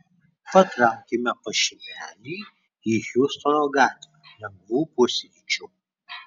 patraukėme pas šimelį į hjustono gatvę lengvų pusryčių